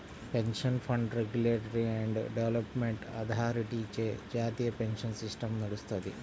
pension fund regulatory and development అథారిటీచే జాతీయ pension system నడుత్తది